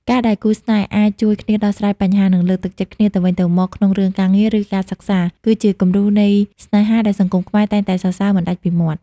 ការដែលគូស្នេហ៍អាច "ជួយគ្នាដោះស្រាយបញ្ហា" និងលើកទឹកចិត្តគ្នាទៅវិញទៅមកក្នុងរឿងការងារ ឬការសិក្សា គឺជាគំរូនៃស្នេហាដែលសង្គមខ្មែរតែងតែសរសើរមិនដាច់ពីមាត់។